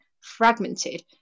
fragmented